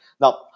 Now